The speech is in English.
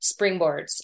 springboards